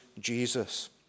Jesus